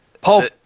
Paul